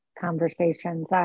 conversations